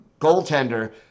goaltender